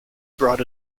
bought